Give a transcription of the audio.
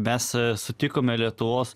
mes sutikome lietuvos